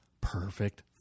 perfect